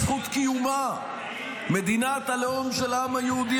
זכות קיומה: מדינת הלאום של העם היהודי,